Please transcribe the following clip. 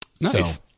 Nice